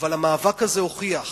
אבל המאבק הזה הוכיח